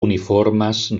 uniformes